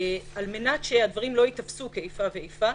על מנת שהדברים לא ייתפסו כאיפה ואיפה.